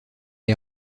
est